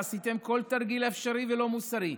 עשיתם כל תרגיל אפשרי ולא מוסרי,